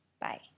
Bye